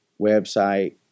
website